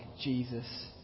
Jesus